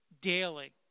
daily